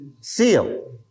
seal